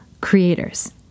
creators